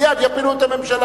מייד יפילו את הממשלה.